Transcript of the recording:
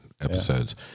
episodes